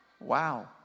wow